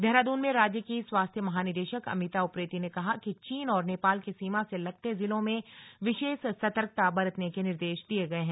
देहरादून में राज्य की स्वास्थ्य महानिदेशक अमिता उप्रेती ने कहा कि चीन और नेपाल की सीमा से लगते जिलों में विशेष सतर्कता बरतने के निर्देश दिए गए हैं